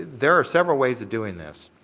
there are several ways of doing this.